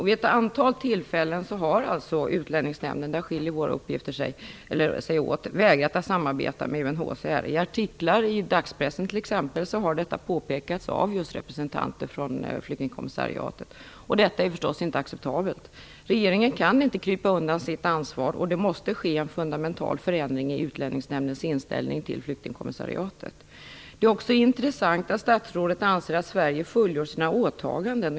Vid ett antal tillfällen har Utlänningsnämnden - på den punkten skiljer sig våra uppgifter - vägrat att samarbeta med UNHCR, vilket också har påpekats av representanter för flyktingkommissariatet i artiklar i dagspressen. Det är förstås inte acceptabelt. Regeringen kan inte krypa undan från sitt ansvar, och det måste ske en fundamental förändring i Det är också intressant att statsrådet anser att Sverige fullgör sina åtaganden.